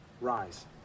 Rise